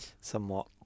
somewhat